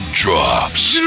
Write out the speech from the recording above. drops